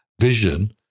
vision